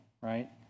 right